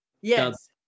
Yes